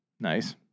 Nice